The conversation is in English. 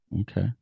Okay